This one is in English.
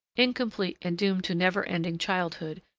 incomplete and doomed to never-ending childhood,